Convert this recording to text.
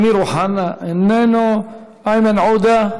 אמיר אוחנה, איננו; איימן עודה,